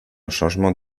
changement